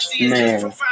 Man